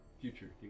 future